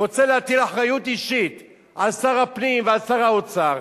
רוצה להטיל אחריות אישית על שר הפנים ועל שר האוצר,